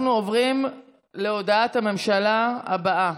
אנחנו עוברים להודעת הממשלה הבאה,